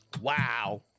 wow